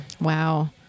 Wow